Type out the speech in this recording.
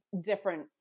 different